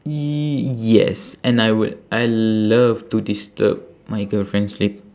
yes and I would I love to disturb my girlfriend's sleep